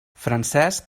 francesc